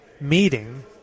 meeting